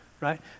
right